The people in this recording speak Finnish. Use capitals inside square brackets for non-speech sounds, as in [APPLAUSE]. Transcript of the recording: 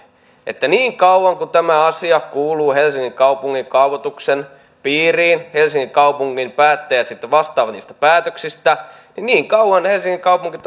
niin kauan kuin tämä asia kuuluu helsingin kaupungin kaavoituksen piiriin ja helsingin kaupungin päättäjät vastaavat niistä päätöksistä niin niin kauan helsingin kaupunki [UNINTELLIGIBLE]